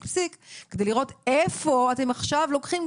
פסיק כדי לראות איפה אתם עכשיו לוקחים,